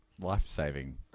life-saving